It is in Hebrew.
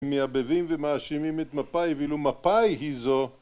מאבבים ומאשימים את מפאי, ואילו מפאי היא זו